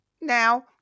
Now